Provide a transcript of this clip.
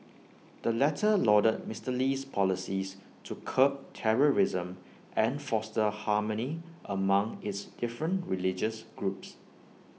the latter lauded Mister Lee's policies to curb terrorism and foster harmony among its different religious groups